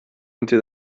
into